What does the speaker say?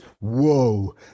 whoa